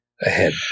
ahead